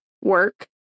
work